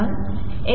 असणार आहे